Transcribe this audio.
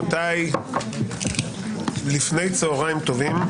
רבותיי, לפני צוהריים טובים.